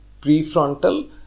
prefrontal